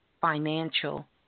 financial